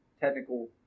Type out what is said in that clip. technical